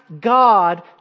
God